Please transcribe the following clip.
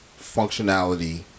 functionality